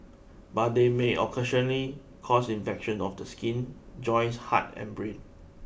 but they may occasionally cause infections of the skin joints heart and brain